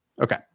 Okay